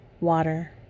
water